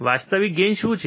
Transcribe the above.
વાસ્તવિક ગેઇન શું છે